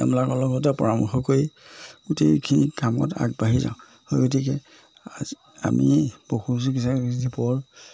তেওঁলোকৰ লগতে পৰামৰ্শ কৰি গোটেইখিনি কামত আগবাঢ়ি যাওঁ সেই গতিকে আজি আমি পশু চিকিৎসা যিবোৰ